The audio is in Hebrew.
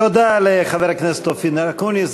תודה לחבר הכנסת אקוניס,